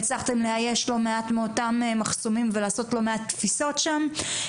והצלחתם לאייש לא מעט מאותם מחסומים ולעשות לא מעט תפיסות שם.